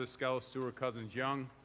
ah skelos, stewart-cousins, young.